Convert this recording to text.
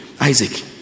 isaac